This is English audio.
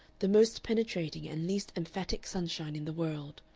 the most penetrating and least emphatic sunshine in the world.